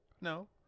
No